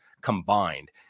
combined